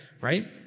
right